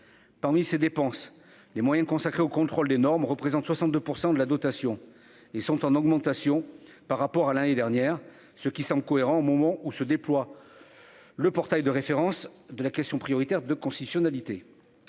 parmi ces dépenses, les moyens consacrés au contrôle des normes représentent 62 % de la dotation et sont en augmentation par rapport à l'année dernière, ceux qui sont cohérents, au moment où se déploie le portail de référence de la question prioritaire de constitutionnalité